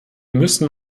müssen